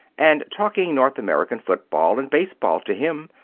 and talking north american football and baseball to him.